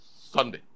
Sunday